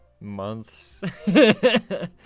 months